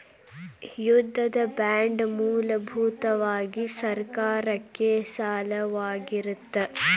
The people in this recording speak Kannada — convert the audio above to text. ಯುದ್ಧದ ಬಾಂಡ್ ಮೂಲಭೂತವಾಗಿ ಸರ್ಕಾರಕ್ಕೆ ಸಾಲವಾಗಿರತ್ತ